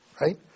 Right